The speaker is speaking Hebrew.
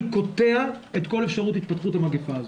קוטע את כל אפשרות התפתחות המגפה הזאת.